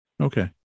Okay